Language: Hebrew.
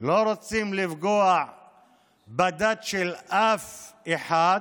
לא רוצים לפגוע בדת של אף אחד.